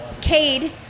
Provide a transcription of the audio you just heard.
Cade